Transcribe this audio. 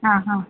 ആ ഹാ